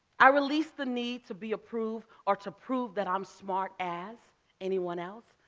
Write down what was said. i released the need to be approved or to prove that i'm smart as anyone else.